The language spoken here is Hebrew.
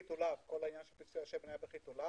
כל העניין של פצלי השמן היה בחיתוליו.